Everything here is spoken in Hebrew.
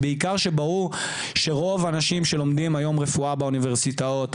בעיקר כשברור שרוב האנשים שלומדים היום רפואה באוניברסיטאות,